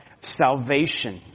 salvation